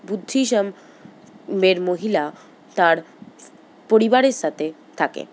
বুদ্ধিজমের মহিলা তার পরিবারের সাথে থাকেন